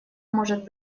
может